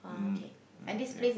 um yeah